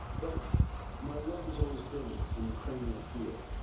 but my love has always been in the cranial field.